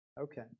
Okay